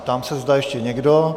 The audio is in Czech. Ptám se, zda ještě někdo.